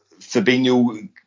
Fabinho